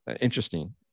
interesting